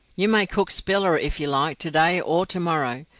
you may cook spiller if you like, to-day or to-morrow,